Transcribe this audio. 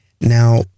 now